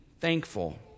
thankful